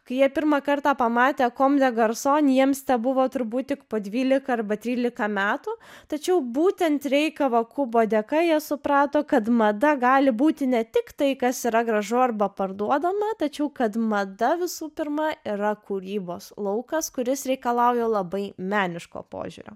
kai jie pirmą kartą pamatė kom de garson jiems tebuvo turbūt tik po dvylika arba trylika metų tačiau būtent rei kavakubo dėka jie suprato kad mada gali būti ne tik tai kas yra gražu arba parduodama tačiau kad mada visų pirma yra kūrybos laukas kuris reikalauja labai meniško požiūrio